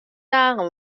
dagen